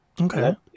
Okay